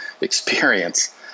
experience